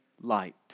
light